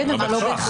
כן, אבל לא בהכרח.